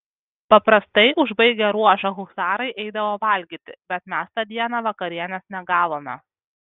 paprastai užbaigę ruošą husarai eidavo valgyti bet mes tą dieną vakarienės negavome